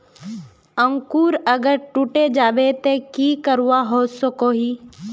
अंकूर अगर टूटे जाबे ते की करवा सकोहो ही?